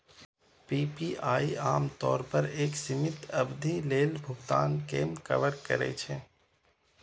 PPI आम तौर पर एक सीमित अवधि लेल भुगतान कें कवर करै छै